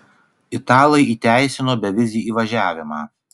italai įteisino bevizį įvažiavimą